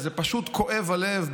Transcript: ופשוט כואב הלב,